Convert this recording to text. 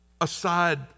aside